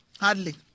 Hardly